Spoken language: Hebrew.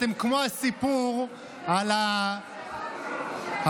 אתם כמו הסיפור על הבחור,